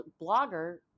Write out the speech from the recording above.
blogger